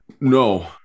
No